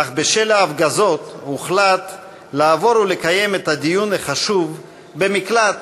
אך בשל ההפגזות הוחלט לעבור ולקיים את הדיון החשוב במקלט